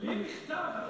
לי נכתב?